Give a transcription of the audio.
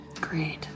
Great